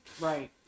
Right